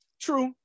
True